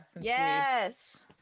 Yes